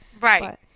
Right